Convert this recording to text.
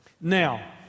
Now